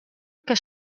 que